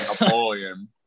Napoleon